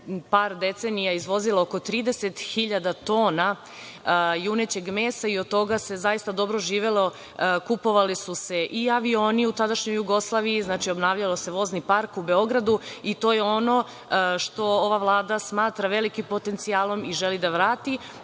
par decenija izvozila oko 30.000 tona junećeg mesa i od toga se zaista dobro živelo, kupovali su se i avioni u tadašnjoj Jugoslaviji, obnavljao se vozni park u Beogradu i to je ono što ova Vlada smatra velikim potencijalom i želi da vrati. Ja